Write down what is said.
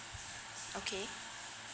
okay